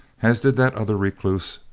as did that other recluse,